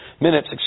minutes